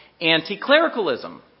anti-clericalism